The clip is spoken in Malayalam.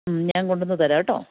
മ്മ് ഞാൻ കൊണ്ടുവന്ന് തരാം കേട്ടോ